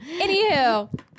anywho